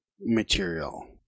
material